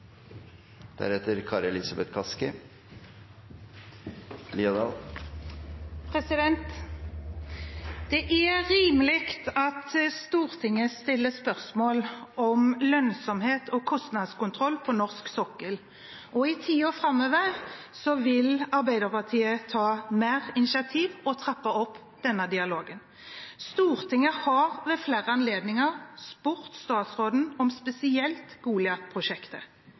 rimelig at Stortinget stiller spørsmål om lønnsomhet og kostnadskontroll på norsk sokkel. I tiden framover vil Arbeiderpartiet ta mer initiativ og trappe opp denne dialogen. Stortinget har ved flere anledninger spurt statsråden om spesielt